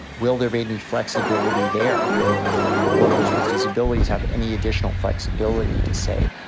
will there be any flexibility there? will workers with disabilities have any additional flexibility to say,